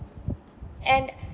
and